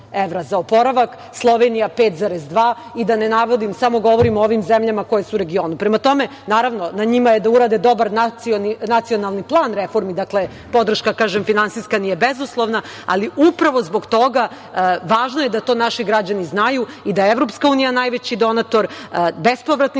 evra za oporavak, Slovenija 5,2 i da ne navodim, samo govorim o ovim zemljama koje su u regionu. Prema tome, naravno, na njima je da urade dobar nacionalni plan reformi, podrška finansijska nije bezuslovna, ali upravo zbog toga važno je da to naši građani znaju i da EU najveći donator bespovratnih